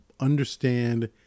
understand